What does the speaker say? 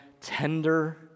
tender